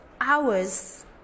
hours